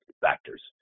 factors